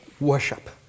worship